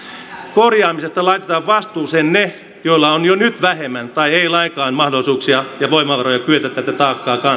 korjaamisesta laitetaan vastuuseen ne joilla on jo nyt vähemmän tai ei lainkaan mahdollisuuksia ja voimavaroja kyetä tätä taakkaa kantamaan